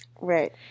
Right